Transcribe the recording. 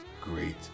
great